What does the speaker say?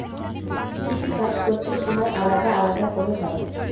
কৃষিকাজ প্রত্যেক বছর আলাদা সময় করে হয়